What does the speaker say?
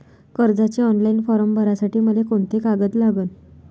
कर्जाचे online form भरासाठी मले कोंते कागद लागन?